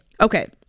Okay